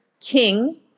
king